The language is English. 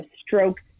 strokes